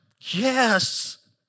yes